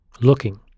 looking